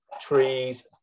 trees